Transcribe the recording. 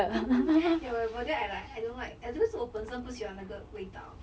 ya whatever then I like I don't like I don't know 是我本身不喜欢那个味道